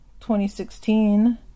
2016